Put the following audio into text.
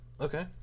Okay